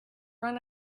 run